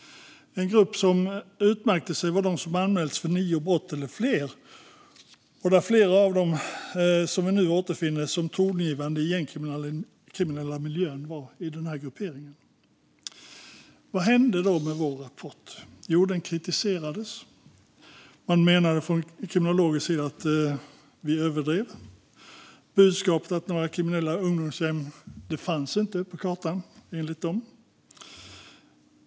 En grupp som utmärkte sig var de som anmälts för nio brott eller fler, och flera av dem återfinner vi nu som tongivande i den gängkriminella miljön. Vad hände då med vår rapport? Jo, den kritiserades av kriminologer som menade att vi överdrev. Budskapet från dem var att några kriminella ungdomsgäng inte fanns på kartan.